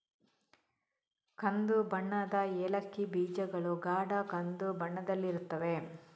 ಕಂದು ಬಣ್ಣದ ಏಲಕ್ಕಿ ಬೀಜಗಳು ಗಾಢ ಕಂದು ಬಣ್ಣದಲ್ಲಿರುತ್ತವೆ